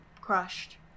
crushed